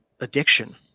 addiction